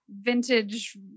vintage